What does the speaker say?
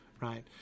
right